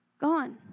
gone